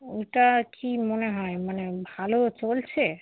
ওইটা কী মনে হয় মানে ভালো চলছে